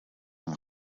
een